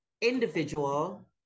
individual